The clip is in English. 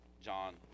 John